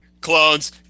Clones